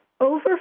Over